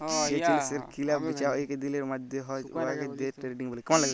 যে জিলিসের কিলা বিচা ইক দিলের ম্যধে হ্যয় উয়াকে দে টেরেডিং ব্যলে